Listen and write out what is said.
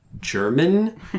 German